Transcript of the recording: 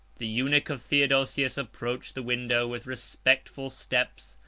the eunuch of theodosius approached the window with respectful steps,